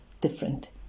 different